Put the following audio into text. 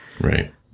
Right